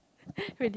really